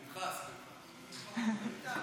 פנחס.